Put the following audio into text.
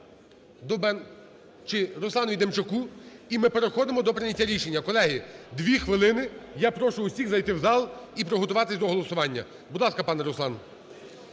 комітету Руслану Демчаку, і ми переходимо до прийняття рішення. Колеги, 2 хвилини, я прошу всіх зайти в зал і приготуватись до голосування. Будь ласка, пане Руслан.